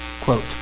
quote